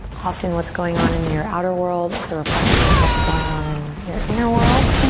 often what's going on in your outer world is a reflection of what's going on in your inner world.